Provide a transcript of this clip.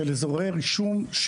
אזורי רישום.